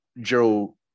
Joe